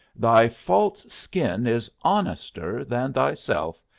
thy false skin is honester than thyself,